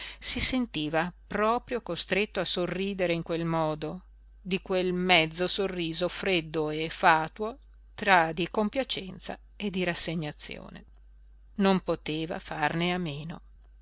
si sentiva proprio costretto a sorridere in quel modo di quel mezzo sorriso freddo e fatuo tra di compiacenza e di rassegnazione non poteva farne a meno